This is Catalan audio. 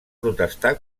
protestar